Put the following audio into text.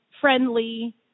friendly